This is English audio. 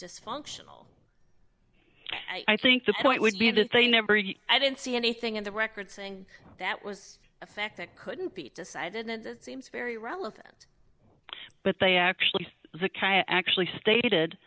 dysfunctional i think the point would be that they never i didn't see anything in the record thing that was a fact that couldn't be decided and seemed very relevant but they actually the coyote actually stated